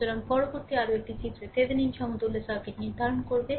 সুতরাং পরবর্তী আরও একটি এই চিত্রের Thevenin সমতুল্য সার্কিট নির্ধারণ করবে